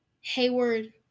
Hayward